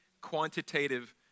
quantitative